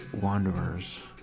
Wanderers